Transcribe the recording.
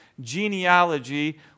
genealogy